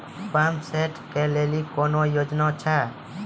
Pump set केलेली कोनो योजना छ?